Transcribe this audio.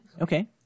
okay